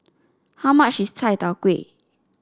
how much is Chai Tow Kway